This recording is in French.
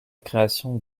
création